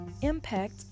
impact